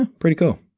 ah pretty cool.